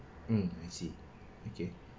mm I see okay